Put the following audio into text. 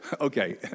Okay